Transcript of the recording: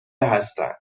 هستن